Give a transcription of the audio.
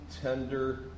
tender